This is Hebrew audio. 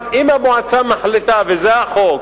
אם המועצה מחליטה וזה החוק,